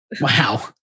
Wow